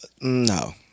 No